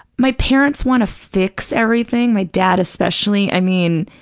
my parents want to fix everything, my dad especially, i mean,